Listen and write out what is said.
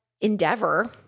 endeavor